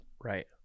Right